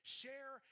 share